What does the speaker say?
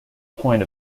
point